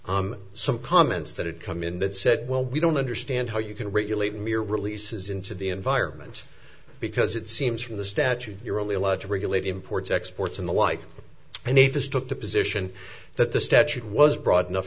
addressed some comments that had come in that said well we don't understand how you can regulate mere releases into the environment because it seems from the statute you're only allowed to regulate imports exports and the like and if this took the position that the statute was broad enough